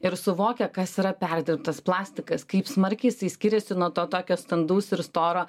ir suvokia kas yra perdirbtas plastikas kaip smarkiai jisai skiriasi nuo to tokio standaus ir storo